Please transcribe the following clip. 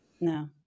no